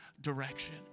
direction